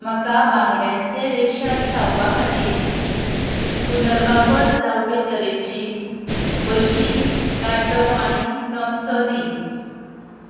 म्हाका बांगड्यांचें रेशाद खावपा खातीर पुर्नवापर जावपा तरेची बश्शी कांटो आनी चमचो दी